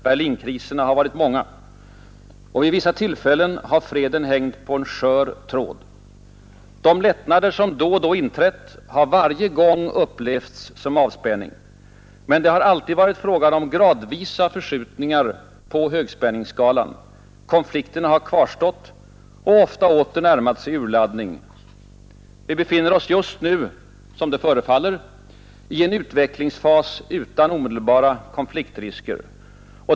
Berlinkriserna har varit många. Vid vissa tillfällen har freden hängt på en skör tråd. De lättnader som då och då inträtt har varje gång upplevts som avspänning. Men det har alltid varit fråga om gradvisa förskjutningar på högspänningsskalan. Konflikterna har kvarstått och ofta åter närmat sig urladdning. Vi befinner oss just nu — som det förefaller — i en utvecklingsfas utan omedelbara konfliktrisker.